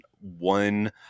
one